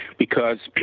because